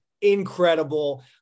incredible